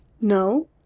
No